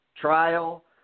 trial